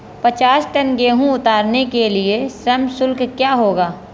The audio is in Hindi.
पचास टन गेहूँ उतारने के लिए श्रम शुल्क क्या होगा?